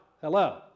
Hello